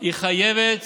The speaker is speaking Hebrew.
היא חייבת